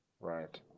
right